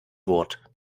wort